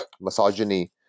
misogyny